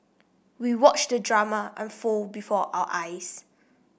we watched the drama unfold before our eyes